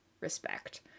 respect